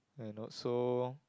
and not so